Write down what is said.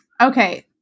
okay